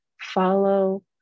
follow